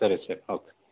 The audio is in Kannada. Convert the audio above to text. ಸರಿ ಸರಿ ಓಕೆ